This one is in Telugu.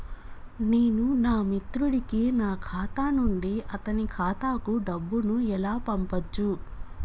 నేను నా మిత్రుడి కి నా ఖాతా నుండి అతని ఖాతా కు డబ్బు ను ఎలా పంపచ్చు?